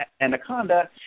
Anaconda